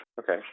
Okay